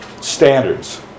standards